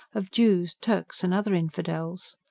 of jews, turks and other infidels.